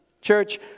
church